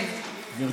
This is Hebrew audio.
כן, בבקשה.